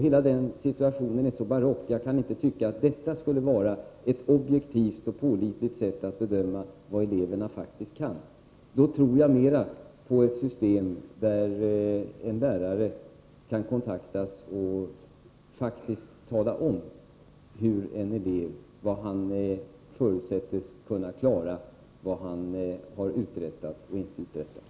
Hela den situationen är så barock att jag inte kan tycka att detta skulle vara ett objektivt och pålitligt sätt att bedöma vad eleverna faktiskt kan. Då tror jag mera på ett system där en lärare kan kontaktas och faktiskt tala om vad en elev förutsätts kunna klara och vad han har uträttat och inte uträttat.